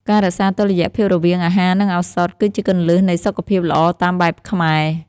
ការរក្សាតុល្យភាពរវាងអាហារ និងឱសថ គឺជាគន្លឹះនៃសុខភាពល្អតាមបែបខ្មែរ។